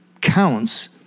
counts